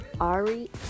Ari